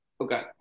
Okay